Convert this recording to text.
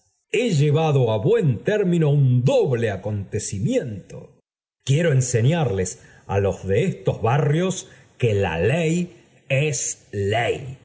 he llevado a buen término un doble acontecimiento quiero enseñarles á los de eistos barrios que la ley es ley